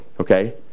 Okay